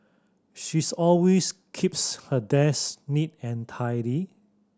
she's always keeps her desk neat and tidy